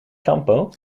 shampoo